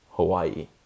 Hawaii